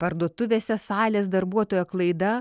parduotuvėse salės darbuotojo klaida